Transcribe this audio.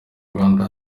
rwanda